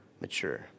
mature